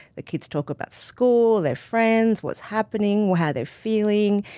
the kids talk about school, their friends, what's happening, how they're feeling.